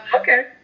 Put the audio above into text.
Okay